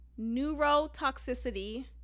neurotoxicity